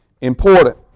important